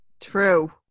True